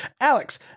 alex